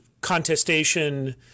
contestation